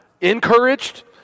encouraged